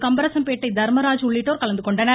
கம்பரசம்பேட்டை தர்மராஜ் உள்ளிட்டோர் கலந்து கொண்டனர்